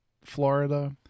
Florida